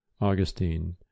Augustine